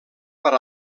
per